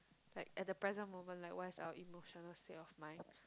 like at the present moment like where's are emotional self mine